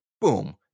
Boom